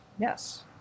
Yes